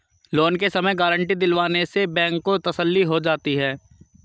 loan के समय guarantee दिलवाने से बैंक को तसल्ली हो जाती है